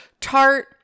tart